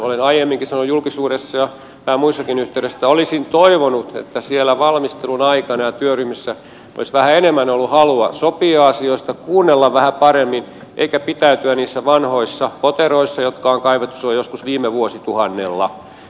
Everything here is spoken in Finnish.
olen aiemminkin sanonut julkisuudessa ja vähän muussakin yhteydessä että olisin toivonut että siellä valmistelun aikana ja työryhmissä olisi vähän enemmän ollut halua sopia asioista kuunnella vähän paremmin eikä pitäytyä niissä vanhoissa poteroissa jotka on kaivettu joskus silloin viime vuosituhannella